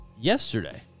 yesterday